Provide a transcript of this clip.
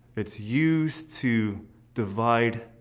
it's used to divide